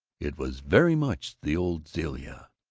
it was very much the old zilla.